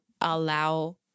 allow